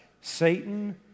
Satan